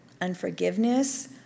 unforgiveness